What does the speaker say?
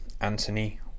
anthony